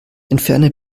entferne